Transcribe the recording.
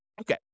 Okay